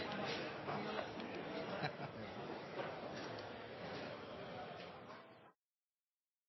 Han er